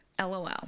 LOL